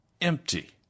empty